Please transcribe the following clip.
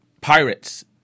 pirates